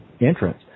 entrance